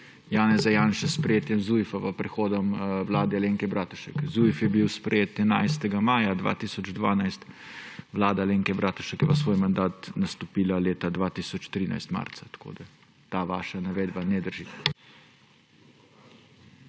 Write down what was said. Janeza Janše s sprejetjem Zujfa pred prihodom vlade Alenke Bratušek. Zujf je bil sprejet 11. maja 2012, vlada Alenke Bratušek je pa svoj mandat nastopila marca leta 2013, tako da ta vaša navedba ne drži.